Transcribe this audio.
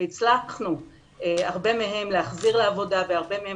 והצלחנו הרבה מהם להחזיר לעבודה והרבה מהם